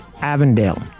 Avondale